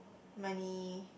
money